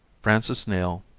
francis neal,